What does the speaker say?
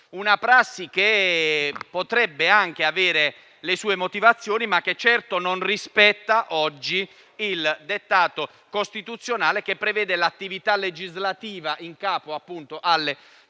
una prassi che potrebbe anche avere le sue motivazioni, ma che certo non rispetta oggi il dettato costituzionale, che prevede l'attività legislativa in capo alle due